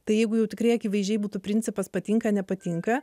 tai jeigu jau tikrai akivaizdžiai būtų principas patinka nepatinka